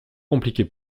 compliqué